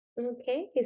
Okay